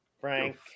Frank